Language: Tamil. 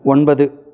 ஒன்பது